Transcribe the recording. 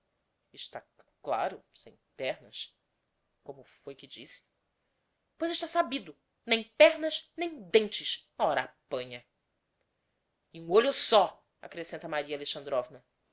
cclaro sem pernas como foi que disse pois está sabido nem pernas nem dentes ora apanha e um olho só accrescenta maria